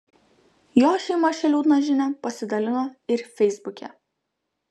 jo šeima šia liūdna žinia pasidalino ir feisbuke